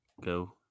Go